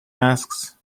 asks